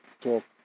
talk